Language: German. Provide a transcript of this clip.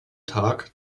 tag